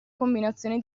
combinazione